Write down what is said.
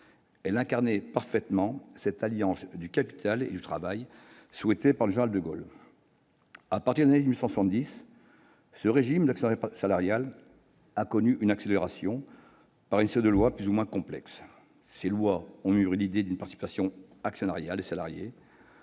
Elle incarnait parfaitement cette alliance du capital et du travail souhaitée par le général de Gaulle. À partir des années soixante-dix, ce régime d'actionnariat salarial a connu une accélération par une série de lois plus ou moins complexes. Ces lois ont mûri l'idée d'une participation actionnariale des salariés,